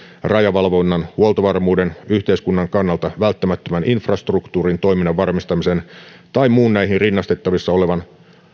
rajavalvonnan huoltovarmuuden yhteiskunnan kannalta välttämättömän infrastruktuurin toiminnan varmistamisen tai muun näihin rinnastettavissa olevan